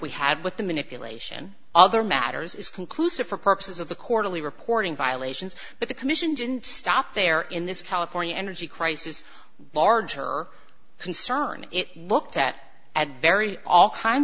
we had with the manipulation other matters is conclusive for purposes of the quarterly reporting violations but the commission didn't stop there in this california energy crisis large her concern it looked at at very all kinds